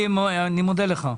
תודה.